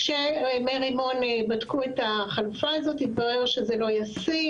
כשמרימון בדקו את החלופה הזאת התברר שזה לא ישים,